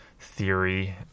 theory